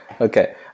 okay